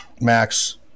Max